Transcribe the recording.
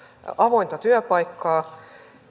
avointa työpaikkaa